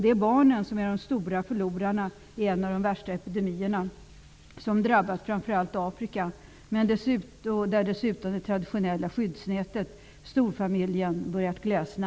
Det är barnen som är de stora förlorarna i en av de värsta epidemier som drabbat framför allt Afrika, där dessutom det traditionella skyddsnätet, storfamiljen, börjat glesna.